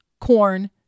corn